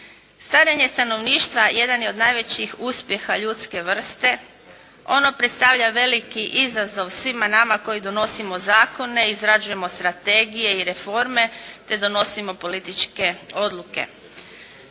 Starenje stanovništva jedan je od najvećih uspjeha ljudske vrste, ono predstavlja veliki izazov svima nama koji donosimo zakone, izrađujemo strategije i reforme, te donosimo političke odluke.